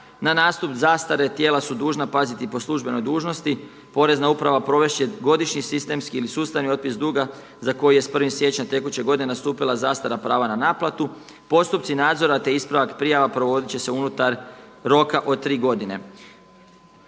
Na nastup zastare tijela su dužna paziti po službenoj dužnosti. Porezna uprava provest će godišnji sistemski ili sustavni otpis duga za koji je s 1. siječnjem tekuće godine nastupila zastara prava na naplatu. Postupci nadzora te ispravak prijava provodit će se unutar roka od 3 godine.